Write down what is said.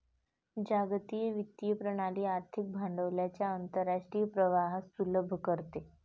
जागतिक वित्तीय प्रणाली आर्थिक भांडवलाच्या आंतरराष्ट्रीय प्रवाहास सुलभ करते